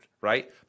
right